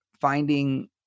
finding